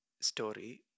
story